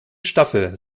staffel